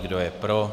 Kdo je pro.